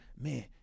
Man